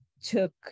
took